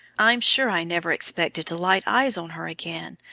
i'm sure i never expected to light eyes on her again,